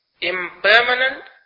impermanent